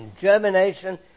Germination